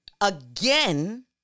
Again